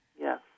Yes